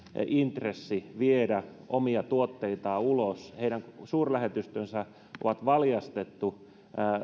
intressi viedä omia tuotteitaan ulos heidän suurlähetystönsä on valjastettu